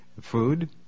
food